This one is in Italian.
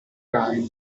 rane